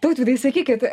tautvydai sakykit